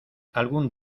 algún